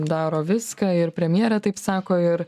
daro viską ir premjerė taip sako ir